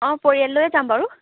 অঁ পৰিয়াল লৈয়ে যাম বাৰু